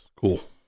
cool